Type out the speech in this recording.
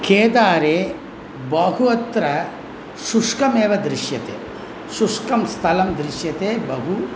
केदारे बहु अत्र शुष्कमेव दृश्यते शुष्कस्थलं दृश्यते बहु